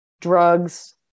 Drugs